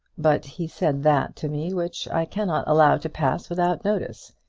but he said that to me which i cannot allow to pass without notice.